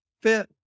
fit